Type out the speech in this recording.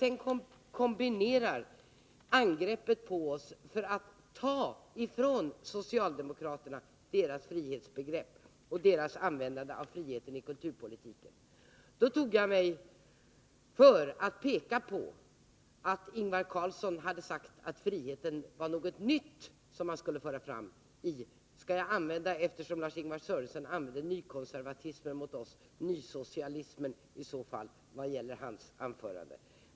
Efter angreppet på oss moderater för att vi skulle ta ifrån socialdemokraterna deras frihetsbegrepp och deras användande av friheten i kulturpolitiken, pekade jag på att Ingvar Carlsson hade sagt att friheten var något nytt som man skulle föra fram i ”nysocialismen” — jag uttrycker mig så eftersom Lars-Ingvar Sörenson i sitt anförande använde ordet nykonservatism i angreppet på oss.